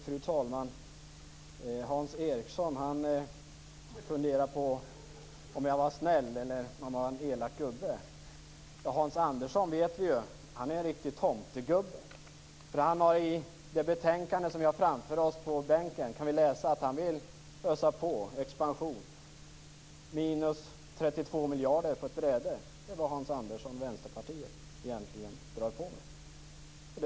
Fru talman! Hans Andersson funderar på om jag är snäll eller om jag är en elak gubbe. Hans Andersson är en riktig tomtegubben, det vet vi. I det betänkande vi har framför oss på bänken kan vi läsa att han vill ösa på, expandera. Hans Andersson och Vänsterpartiet drar på med 32 miljarder på ett bräde.